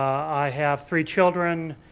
i have three children.